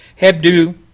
Hebdo